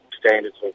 standards